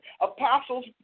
Apostles